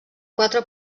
quatre